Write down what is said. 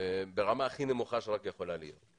ברמה הכי נמוכה שיכולה להיות.